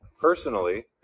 Personally